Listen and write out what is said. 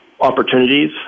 opportunities